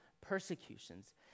persecutions